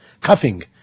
Cuffing